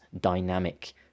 dynamic